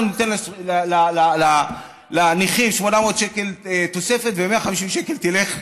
אנחנו ניתן לנכים 800 שקל תוספת ו-150 שקל ילכו